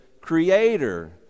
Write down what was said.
creator